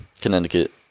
Connecticut